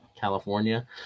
California